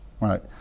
Right